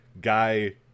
guy